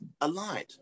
aligned